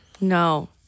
No